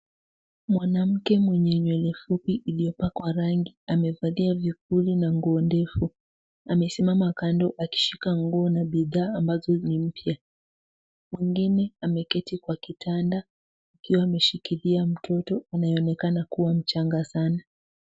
Mwanamke mwenye nywele fupi iliyopakwa rangi amevalia vipuli na nguo ndefu amesimama kando akishika nguo na bidhaa ambazo ni mpya, mwingine ameketi kwa kitanda akiwa ameshikilia mtoto anayeonekana kuwa mchanga sana.